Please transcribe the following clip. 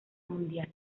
mundial